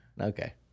okay